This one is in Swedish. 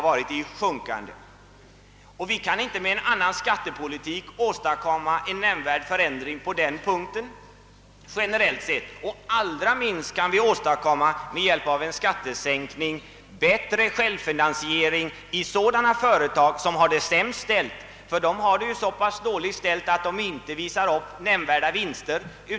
Vi kan inte med en annan skattepolitik åstadkomma någon nämnvärd förändring generellt sett, och allra minst kan vi med hjälp av skattesänkning åstadkomma bättre självfinansiering för de företag som har det sämst ställt. De har det nämligen så dåligt, att de inte uppvisar några nämnvärda vinster.